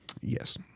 Yes